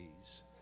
days